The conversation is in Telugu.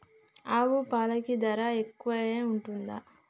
ఆవు పాలకి ధర ఎక్కువే ఉంటదా?